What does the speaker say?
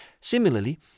Similarly